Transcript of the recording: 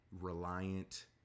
Reliant